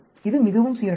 இது மிகவும் சீரற்றது